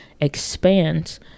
expands